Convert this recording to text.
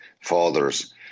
fathers